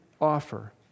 offer